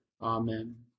Amen